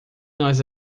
nós